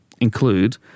include